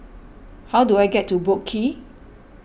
how do I get to Boat Quay